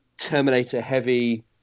Terminator-heavy